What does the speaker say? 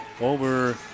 over